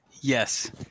Yes